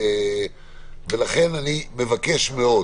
לכן אני מבקש מאוד